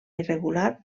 irregular